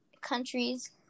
countries